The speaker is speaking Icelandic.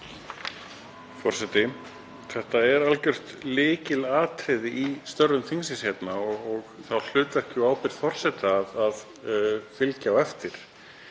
Þetta er algjört lykilatriði í störfum þingsins og þá hlutverk og ábyrgð forseta að fylgja á eftir.